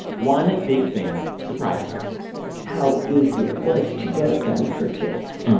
one big thing surprised her how easy it was to get a gun for kids.